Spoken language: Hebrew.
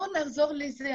בואו נחזור לזה.